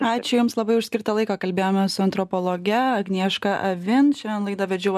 ačiū jums labai už skirtą laiką kalbėjomės su antropologe agnieška avin šiandien laidą vedžiau